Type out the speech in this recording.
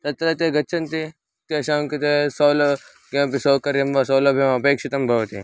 तत्र ते गच्छन्ति तेषां कृते सौल किमपि सौकर्यं वा सौलभ्यम् अपेक्षितं भवति